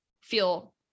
feel